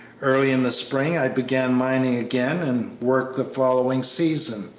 early in the spring i began mining again and worked the following season.